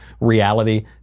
Reality